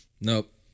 Nope